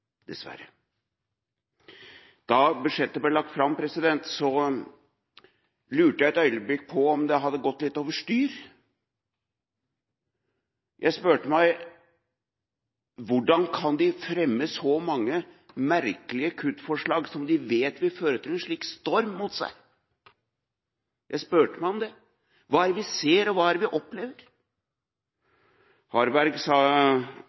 Da budsjettet ble lagt fram, lurte jeg et øyeblikk på om det hadde gått litt over styr. Jeg spurte meg selv: Hvordan kan de fremme så mange merkelige kuttforslag som de vet vil føre til en slik storm mot seg? Jeg spurte meg selv om det. Hva er det vi ser, og hva er det vi opplever? Representanten Harberg sa